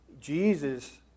Jesus